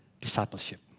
Discipleship